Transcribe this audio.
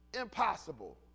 impossible